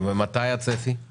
הצפי הוא